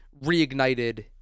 reignited